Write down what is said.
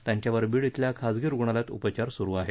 त्यांच्यावर बीड येथील खासगी रुग्णालयात उपचार सुरू आहेत